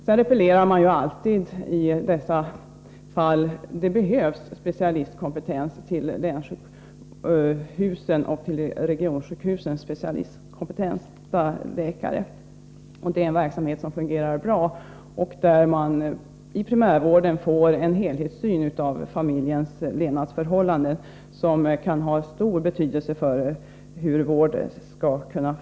Man replierar alltid i dessa sammanhang på länsoch regionsjukhusen. Där behövs specialistkompetenta läkare. Men verksamheten vad gäller barnoch mödrahälsovården fungerar bra, och man får i primärvården en helhetssyn på familjens levnadsförhållanden, som kan ha stor betydelse för hur vården fungerar.